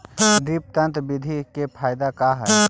Drip तन्त्र बिधि के फायदा का है?